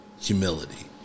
humility